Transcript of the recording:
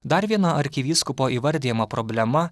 dar viena arkivyskupo įvardijama problema